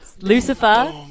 Lucifer